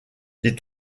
les